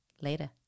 later